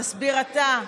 תסביר אתה.